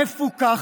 מפוכח.